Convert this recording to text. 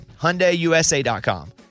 HyundaiUSA.com